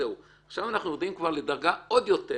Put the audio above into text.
עכשיו אנחנו יורדים עוד יותר,